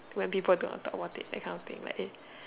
when people don't want to talk about it that kind of thing like it